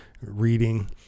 reading